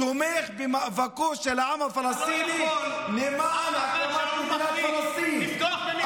תומכים במאבקו של העם הפלסטיני למען הקמת מדינת פלסטין.